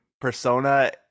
persona